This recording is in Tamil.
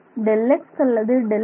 Δx அல்லது Δx2